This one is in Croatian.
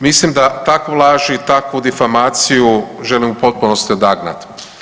Mislim da takvu laž i takvu difamaciju želim u potpunosti odagnati.